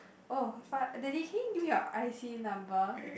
oh fa~ daddy can you give me your I_C number